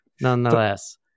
nonetheless